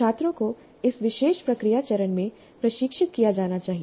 छात्रों को इस विशेष प्रक्रिया चरण में प्रशिक्षित किया जाना चाहिए